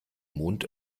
mond